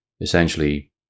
essentially